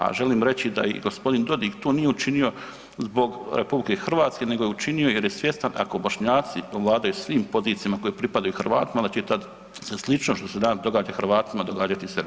A želim reći da i gospodin Dodig to nije učinio zbog Republike Hrvatske, nego je učinio jer je svjestan ako Bošnjaci vladaju svim pozicijama koje pripadaju Hrvatima onda će tad slično što se danas događa Hrvatima događati i Srbima.